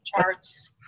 Charts